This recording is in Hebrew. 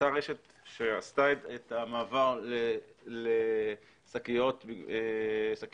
אותה רשת שעשתה את המעבר לשקיות עבות